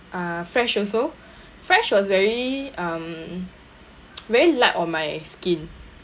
uh Fresh also Fresh was very um very light on my skin